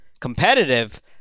competitive